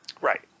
Right